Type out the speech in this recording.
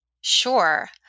Sure